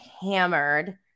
hammered